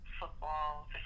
football